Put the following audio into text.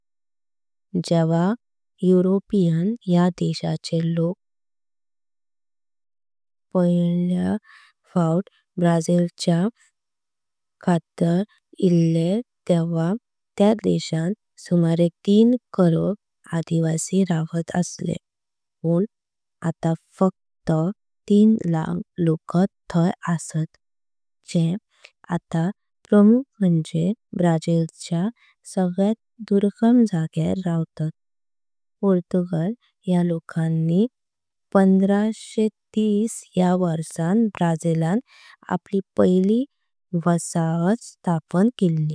जेव्हा यूरोपियन या देशाचे लोक पयल्या फाव्त ब्राझील। च्या काथार इल्ले तेव्हा त्या देशान सुमारें तीन कोटि आदिवासी। रावत असले पण आता फक्त तीन लाख लोकांत थाय। आसात जे आता प्रमुख म्हणजे ब्राझील च्या सगळ्यात दुर्गम। जाग्यार रवतात पुर्तगाल या लोकांनी पंधराशेटीस या। वारसां ब्राझील लां आपली पयली वसाहत स्थापण केली।